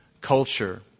culture